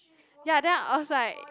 ya then I was like